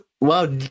wow